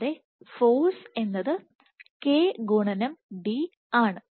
കൂടാതെ ഫോഴ്സ് എന്നത് k ഗുണനം d ആണ്